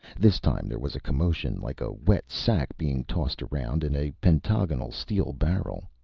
this time, there was commotion, like a wet sack being tossed around in a pentagonal steel barrel,